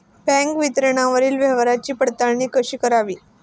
Bank विवरणावरील व्यवहाराची पडताळणी कशी करावी?